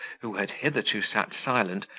who had hitherto sat silent,